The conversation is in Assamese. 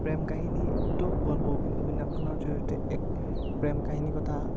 প্ৰেম কাহিনী উক্ত গল্প অভিন্য়াসখনৰ জৰিয়তে এক প্ৰেম কাহিনী কথা